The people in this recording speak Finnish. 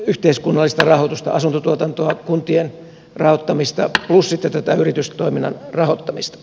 yhteiskunnallista rahoitusta asuntotuotantoa kuntien rahoittamista plus sitten tätä yritystoiminnan rahoittamista